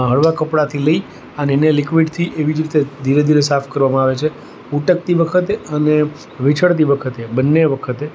હળવા કપડાંથી લઇ અને એને લિક્વિડથી એવી જ રીતે ધીરે ધીરે સાફ કરવામાં આવે છે ઉટકતી વખતે અને વીછળતી વખતે બંને વખતે